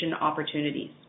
opportunities